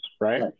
right